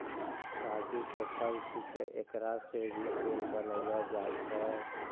काजू के फल छैके एकरा सॅ भी तेल बनैलो जाय छै